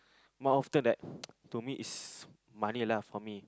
more often that to me is money lah for me